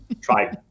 Try